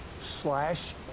slash